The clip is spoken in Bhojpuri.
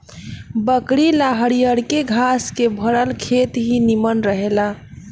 बकरी ला हरियरके घास से भरल खेत ही निमन रहेला